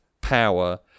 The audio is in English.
power